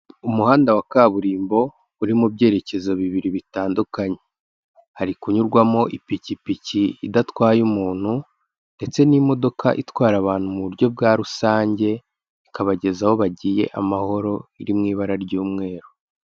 Umuhanda wa kaburimbo, uri mu byerekezo bibiri bitandukanye. Hari kunyurwamo ipikipiki idatwaye umuntu ndetse n'imodoka itwara abantu mu buryo bwa rusange, ikabageza aho bagiye amahoro, iri mu ibara ry'umweru.